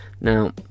now